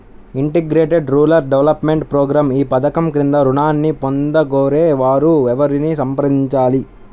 Integrated rural development programme ఈ పధకం క్రింద ఋణాన్ని పొందగోరే వారు ఎవరిని సంప్రదించాలి?